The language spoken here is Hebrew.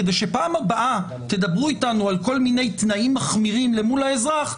כדי שבפעם הבאה שתדברו איתנו על כל מיני תנאים מחמירים למול האזרח,